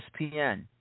ESPN